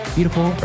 Beautiful